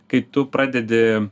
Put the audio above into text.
kai tu pradedi